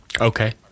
Okay